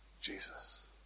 Jesus